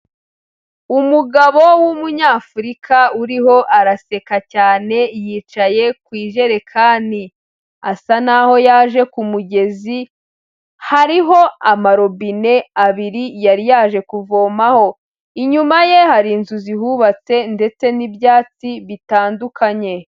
Umugabo w'umunyafurika uriho araseka cyane, yicaye ku ijerekani. Asa n'aho yaje ku mugezi, hariho amarobine abiri yari yaje kuvomaho. Inyuma ye hari inzu zihubatse ndetse n'ibyatsi bitandukanye.